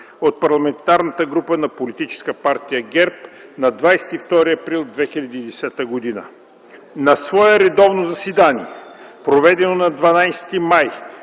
от Парламентарната група на Политическа партия ГЕРБ на 22 април 2010 г. На свое редовно заседание, проведено на 12 май